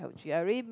she already make